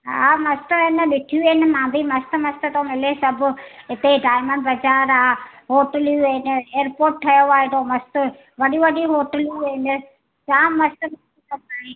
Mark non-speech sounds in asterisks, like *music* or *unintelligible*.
हा मस्तु आहिनि न ॾिठियूं आहिनि मां बि मस्तु मस्तु थो मिले सभु हिते डायमंड बाज़ार आहे होटलूं आहिनि एअरपोर्ट ठहियो आहे एॾो मस्तु वॾियूं वॾियूं होटलूं आहिनि जामु मस्तु *unintelligible*